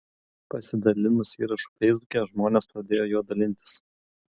pasidalinus įrašu feisbuke žmonės pradėjo juo dalintis